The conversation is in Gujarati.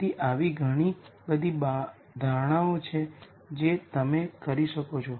તેથી એવી ઘણી બધી ધારણાઓ છે જે તમે કરી શકો છો